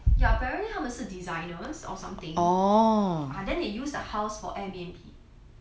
ya apparently 他们是 designers or something ah then they use the house for airbnb